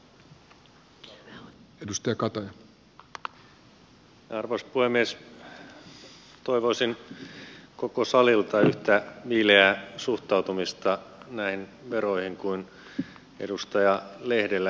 toivoisin koko salilta yhtä viileää suhtautumista näihin veroihin kuin edustaja lehdellä